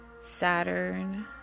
Saturn